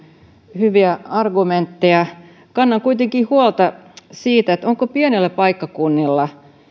hyviä argumentteja kannan kuitenkin huolta siitä onko pienillä paikkakunnilla